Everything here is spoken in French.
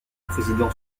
président